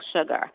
sugar